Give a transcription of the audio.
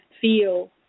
feel